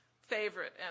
favorite